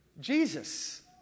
Jesus